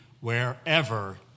wherever